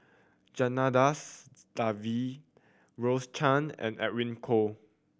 Janadas Devan Rose Chan and Edwin Koo